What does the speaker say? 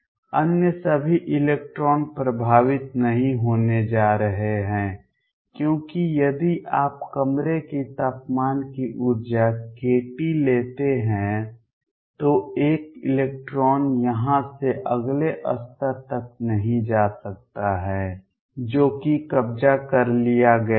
अन्य सभी इलेक्ट्रॉन प्रभावित नहीं होने जा रहे हैं क्योंकि यदि आप कमरे के तापमान की ऊर्जा kT लेते हैं तो एक इलेक्ट्रॉन यहां से अगले स्तर तक नहीं जा सकता है जो कि कब्जा कर लिया गया है